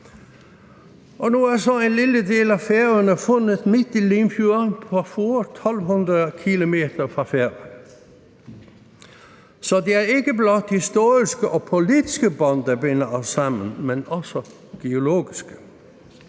Og nu er så en lille del af Færøerne fundet midt i Limfjorden, på Fur, 1.200 km fra Færøerne. Så det er ikke blot historiske og politiske bånd, der binder os